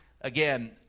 again